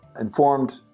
informed